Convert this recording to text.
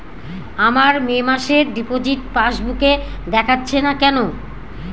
আমার মে মাসের ডিপোজিট পাসবুকে দেখাচ্ছে না কেন?